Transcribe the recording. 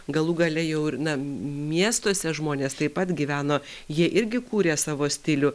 galų gale jau ir na miestuose žmonės taip pat gyveno jie irgi kūrė savo stilių